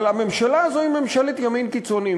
אבל הממשלה הזאת היא ממשלת ימין קיצוני,